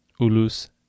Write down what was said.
Ulus